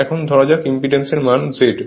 এখন ধরা যাক ইম্পিডেন্স এর মান Z